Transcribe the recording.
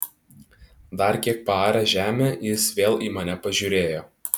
dar kiek paaręs žemę jis vėl į mane pažiūrėjo